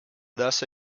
thus